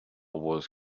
wars